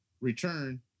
return